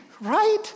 right